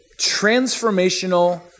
transformational